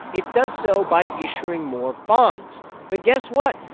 it does so by issuing more bonds but guess what.